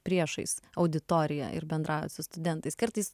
priešais auditoriją ir bendraujat su studentais kartais